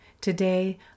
Today